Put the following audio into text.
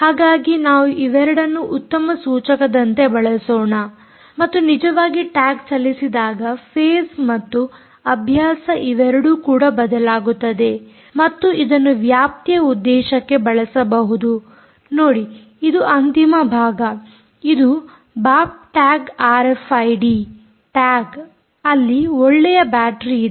ಹಾಗಾಗಿ ನಾವು ಇವೆರಡನ್ನು ಉತ್ತಮ ಸೂಚಕದಂತೆ ಬಳಸೋಣ ಮತ್ತು ನಿಜವಾಗಿ ಟ್ಯಾಗ್ ಚಲಿಸಿದಾಗ ಫೇಸ್ ಮತ್ತು ಅಭ್ಯಾಸ ಇವೆರಡೂ ಕೂಡ ಬದಲಾಗುತ್ತದೆ ಮತ್ತು ಇದನ್ನು ವ್ಯಾಪ್ತಿಯ ಉದ್ದೇಶಕ್ಕೆ ಬಳಸಬಹುದು ನೋಡಿ ಇದು ಅಂತಿಮ ಭಾಗ ಇದು ಬಾಪ್ ಟ್ಯಾಗ್ ಆರ್ಎಫ್ಐಡಿ ಟ್ಯಾಗ್ ಅಲ್ಲಿ ಒಳ್ಳೆಯ ಬ್ಯಾಟರೀ ಇದೆ